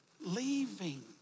Leaving